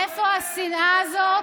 מאיפה השנאה הזאת